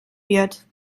wird